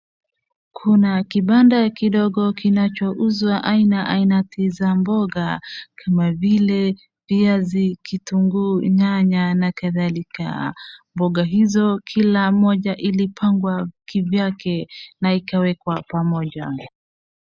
Kuna kibanda kidogo kinacho uzwa aina ainati za mboga kama vile viazi, kitungu, nyanya na kadhalika. Mboga hizo kila mmoja ilipangwa kivyake na ikaweka pamoja.